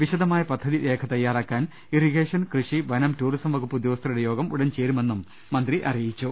വിശദമായ പദ്ധതി രേഖ തയ്യാറാക്കാൻ ഇറിഗേഷൻ കൃഷി വനം ടൂറിസം വകുപ്പ് ഉദ്യോ ഗസ്ഥരുടെ യോഗം ഉടൻ ചേരുമെന്നും മന്ത്രി പറഞ്ഞു